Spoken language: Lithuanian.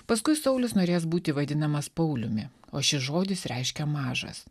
paskui saulius norės būti vadinamas pauliumi o šis žodis reiškia mažas